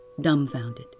dumbfounded